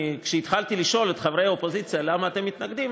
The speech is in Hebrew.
כשהתחלתי לשאול את חברי האופוזיציה למה אתם מתנגדים,